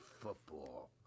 football